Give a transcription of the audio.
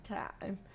time